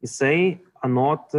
jisai anot